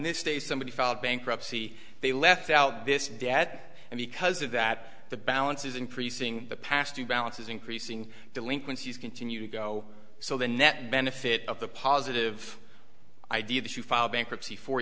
day somebody filed bankruptcy they left out this debt and because of that the balance is increasing the past year balance is increasing delinquencies continue to go so the net benefit of the positive idea that you file bankruptcy four